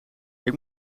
moet